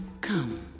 Come